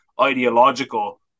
ideological